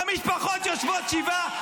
המשפחות יושבות שבעה,